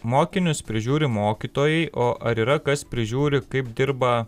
mokinius prižiūri mokytojai o ar yra kas prižiūri kaip dirba